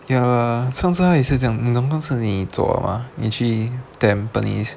ya 上次她也是这样你懂那是你走了吗你去 tampines